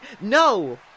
No